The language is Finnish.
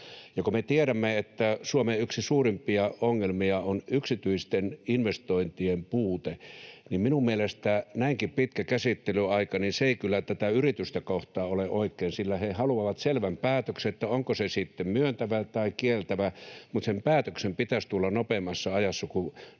Ja kun me tiedämme, että Suomen yksi suurimpia ongelmia on yksityisten investointien puute, niin minun mielestäni näinkin pitkä käsittelyaika ei kyllä tätä yritystä kohtaan ole oikein, sillä he haluavat selvän päätöksen, on se sitten myöntävä tai kieltävä, mutta sen päätöksen pitäisi tulla nopeammassa ajassa, kun nyt